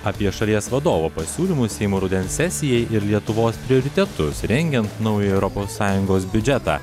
apie šalies vadovo pasiūlymus seimo rudens sesijai ir lietuvos prioritetus rengiant naują europos sąjungos biudžetą